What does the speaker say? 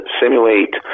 simulate